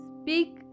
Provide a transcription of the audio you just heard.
Speak